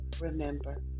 remember